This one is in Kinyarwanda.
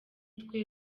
twe